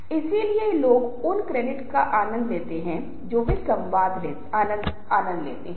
तो ये समूह से आगे जाने की प्रक्रिया है और इन सभी प्रक्रियाओं में सबसे महत्वपूर्ण बात संचार है